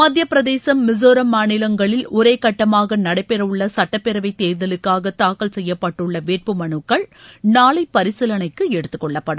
மத்தியப்பிரதேசம் மிசோரம் மாநிலங்களில் ஒரே கட்டமாக நடைபெறவுள்ள சட்டப்பேரவைத் தேர்தலுக்காக தாக்கல் செய்யப்பட்டுள்ள வேட்புமனுக்கள் நாளை பரிசீலனைக்கு எடுத்துக்கொள்ளப்படும்